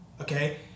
Okay